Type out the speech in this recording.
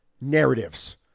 narratives